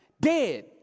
Dead